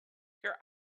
your